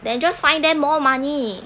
then just find them more money